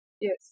yes